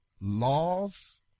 laws